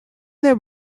there